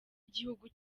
igihugu